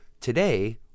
Today